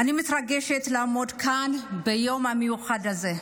אני מתרגשת לעמוד כאן ביום המיוחד הזה.